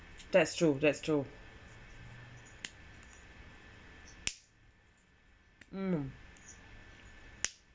that's true that's true mm